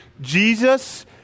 Jesus